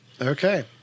Okay